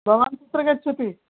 भवान् कुत्र गच्छति